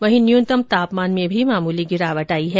वहीं न्यूनतम तापमान में भी मामूली गिरावट आई है